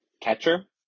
Catcher